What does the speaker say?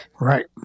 right